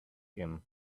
him